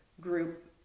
group